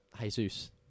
Jesus